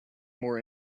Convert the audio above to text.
more